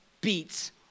beats